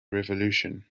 revolution